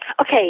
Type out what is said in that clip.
Okay